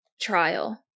trial